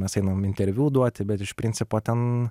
mes einam interviu duoti bet iš principo ten